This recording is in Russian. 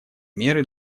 меры